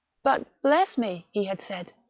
but, bless me! he had said,